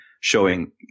showing